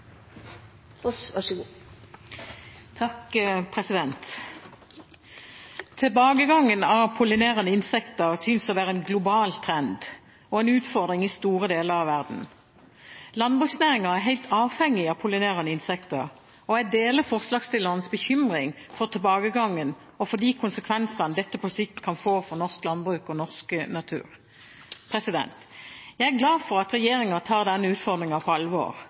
på å danne flertall for å lage en slik strategi som forslag til vedtak I beskriver. Tilbakegangen av pollinerende insekter synes å være en global trend og en utfordring i store deler av verden. Landbruksnæringen er helt avhengig av pollinerende insekter, og jeg deler forslagsstillerens bekymring for tilbakegangen og for de konsekvensene dette på sikt kan få for norsk landbruk og norsk natur. Jeg er glad for at regjeringen tar denne utfordringen på alvor